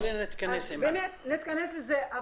אז הם ילכו ויבקשו ללוות כספים ממקורות אחרים.